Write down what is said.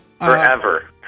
forever